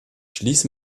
schließe